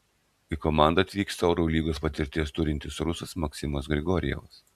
į komandą atvyksta eurolygos patirties turintis rusas maksimas grigorjevas